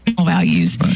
values